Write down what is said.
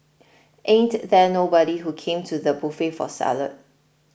ain't there nobody who came to the buffet for salad